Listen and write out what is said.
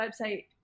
website